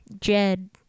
Jed